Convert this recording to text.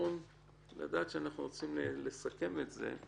לדעת שאנחנו רוצים לסכם את זה,